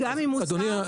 גם אם מוזכר,